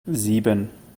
sieben